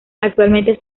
actualmente